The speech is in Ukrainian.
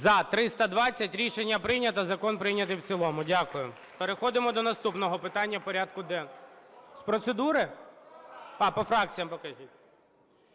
За-320 Рішення прийнято. Закон прийнятий в цілому. Дякую. Переходимо до наступного питання порядку денного. З процедури? По фракціях покажіть.